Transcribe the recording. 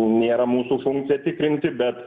nėra mūsų funkcija tikrinti bet